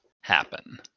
happen